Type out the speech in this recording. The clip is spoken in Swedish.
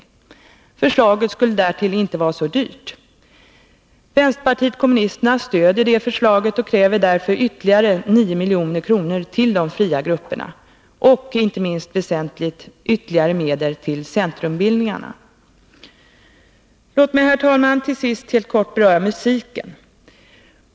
Genomförandet av förslaget skulle inte heller bli så dyrt. Vänsterpartiet kommunisterna stöder det förslaget och kräver därför ytterligare 9 milj.kr. till de fria grupperna och, inte minst väsentligt, ytterligare medel till centrumbildningarna. Låt mig, herr talman, till sist helt kort beröra musiken.